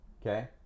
okay